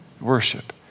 worship